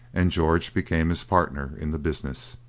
and george became his partner in the business.